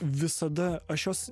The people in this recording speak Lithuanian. visada aš jos